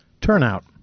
turnout